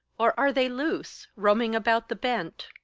or are they loose, roaming about the bent,